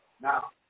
Now